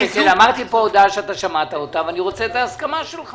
אמרתי פה הודעה ששמעת אותה, ואני רוצה את הסכמתך.